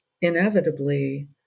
inevitably